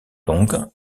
longues